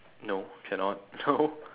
no cannot no